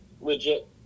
legit